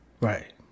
right